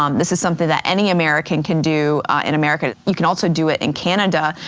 um this is something that any american can do in america. you can also do it in canada,